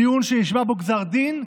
דיון שנשמע בו גזר דין,